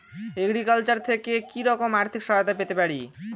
Agriculture থেকে কি রকম আর্থিক সহায়তা পেতে পারি?